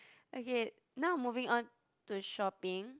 okay now moving on to shopping